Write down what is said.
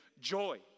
Joy